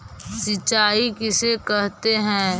सिंचाई किसे कहते हैं?